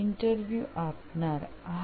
interview આપનાર હા